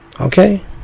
Okay